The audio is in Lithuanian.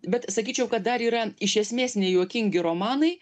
bet sakyčiau kad dar yra iš esmės nejuokingi romanai